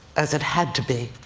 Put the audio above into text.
as it had to be,